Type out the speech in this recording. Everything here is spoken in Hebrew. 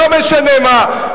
לא משנה מה,